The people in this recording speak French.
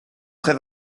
très